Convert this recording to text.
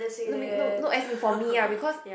no be~ no no as in for me ah because